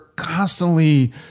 constantly